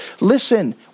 listen